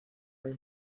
hay